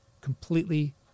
completely